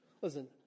Listen